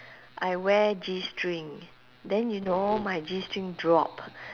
I wear g-string then you know my g-string drop